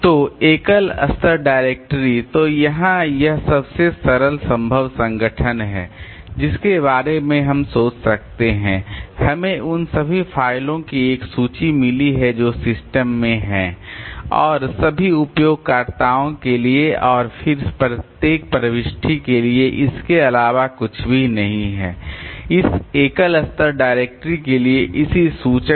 तो एकल स्तर डायरेक्टरी तो यहां यह सबसे सरल संभव संगठन है जिसके बारे में हम सोच सकते हैं हमें उन सभी फाइलों की एक सूची मिली है जो सिस्टम में हैं और सभी उपयोगकर्ताओं के लिए और फिर प्रत्येक प्रविष्टि के लिए इसके अलावा कुछ भी नहीं है इस एकल स्तर डायरेक्टरी के लिए इसी सूचक